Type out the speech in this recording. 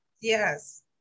yes